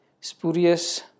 spurious